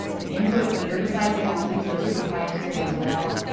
the inputs, the herbicides they have to use, those are proprietary as well.